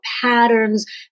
patterns